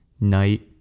night